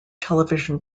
television